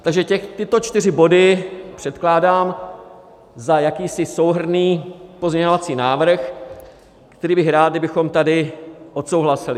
Takže tyto čtyři body předkládám za jakýsi souhrnný pozměňovací návrh, který bych rád, kdybychom tady odsouhlasili.